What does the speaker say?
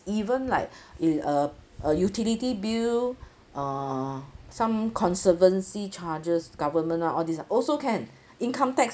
even like in a a utility bill uh some conservancy charges government ah all these ah also can income tax